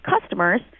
customers